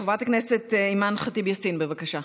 חברת הכנסת אימאן ח'טיב יאסין, בבקשה.